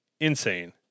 insane